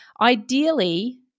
Ideally